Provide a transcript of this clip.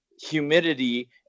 humidity